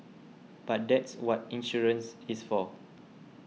but that's what insurance is for